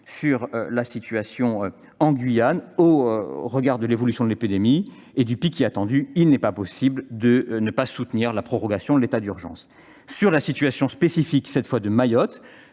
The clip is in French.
sur la situation en Guyane : au regard de l'évolution de l'épidémie et du pic qui est attendu, il n'est pas possible de ne pas soutenir la prorogation de l'état d'urgence. Sur la situation spécifique de Mayotte,